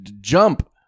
Jump